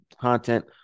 content